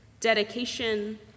dedication